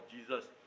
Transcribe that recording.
Jesus